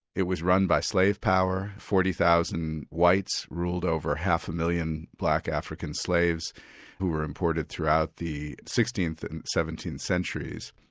it was run by slave power, forty thousand whites ruled over half a million black african slaves who were imported throughout the sixteenth and seventeenth centuries.